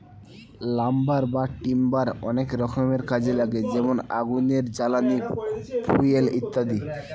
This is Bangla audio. লাম্বার বা টিম্বার অনেক রকমের কাজে লাগে যেমন আগুনের জ্বালানি, ফুয়েল ইত্যাদি